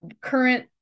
current